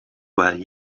well